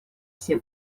все